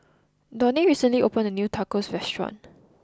Donnie recently opened a new Tacos restaurant